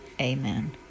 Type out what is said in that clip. Amen